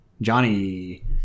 Johnny